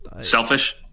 selfish